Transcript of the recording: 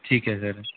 ਠੀਕ ਹੈ ਸਰ